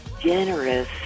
generous